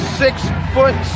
six-foot